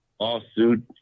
lawsuit